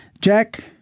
Jack